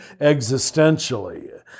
existentially